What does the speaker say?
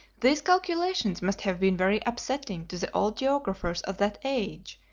these calculations must have been very upsetting to the old geographers of that age,